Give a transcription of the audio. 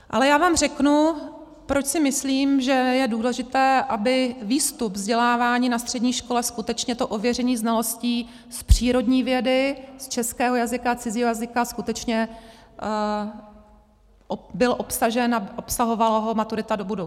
Ale já vám řeknu, proč si myslím, že je důležité, aby výstup vzdělávání na střední škole skutečně to ověření znalostí z přírodní vědy, z českého jazyka, cizího jazyka skutečně byl obsažen a obsahovala ho maturita do budoucna.